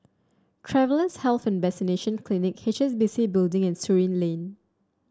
Travellers' Health and Vaccination Clinic H S B C Building and Surin Lane